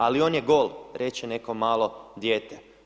Ali on je gol reče neko malo dijete.